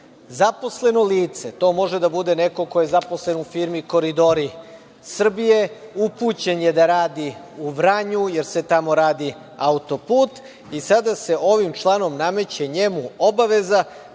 Zaposleno lice, to može da bude neko ko je zaposlen u firmi „Koridori Srbije“, upućeno je da radi u Vranju jer se tamo radi autoput i sada se ovim članom nameće njemu obaveza